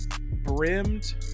brimmed